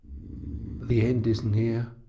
the end is near,